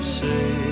say